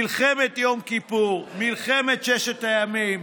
במלחמת יום כיפור ומלחמת ששת הימים